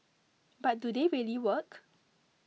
but do they really work